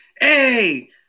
hey